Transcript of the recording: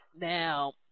Now